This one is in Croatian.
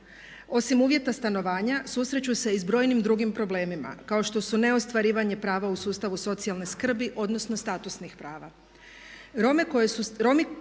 Osim uvjeta stanovanja susreću se i s brojnim drugim problemima kao što su neostvarivanje prava u sustavu socijalne skrbi odnosno statusnih prava.